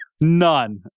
None